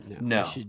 no